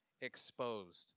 exposed